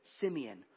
Simeon